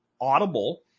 audible